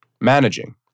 managing